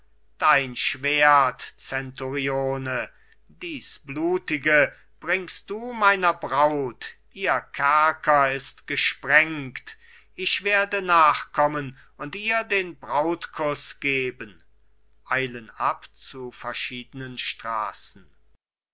dein schwert zenturione dies blutige bringst du meiner braut ihr kerker ist gesprengt ich werde nachkommen und ihr den brautkuß geben eilen ab zu verschiedenen straßen